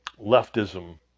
leftism